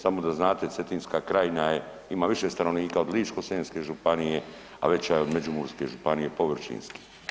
Samo da znate Cetinska krajina ima više stanovnika od Ličko-senjske županije, a veća je od Međimurske županije površinski.